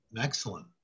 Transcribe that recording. Excellent